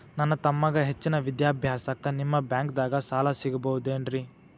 ನನ್ನ ತಮ್ಮಗ ಹೆಚ್ಚಿನ ವಿದ್ಯಾಭ್ಯಾಸಕ್ಕ ನಿಮ್ಮ ಬ್ಯಾಂಕ್ ದಾಗ ಸಾಲ ಸಿಗಬಹುದೇನ್ರಿ?